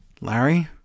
Larry